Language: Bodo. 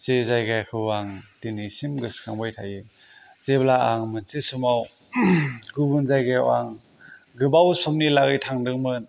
जे जायगाखौ आं दिनैसिम गोसोखांबाय थायो जेब्ला आं मोनसे समाव गुबुन जायगायाव आं गोबाव समनि थाखाय थांदोंमोन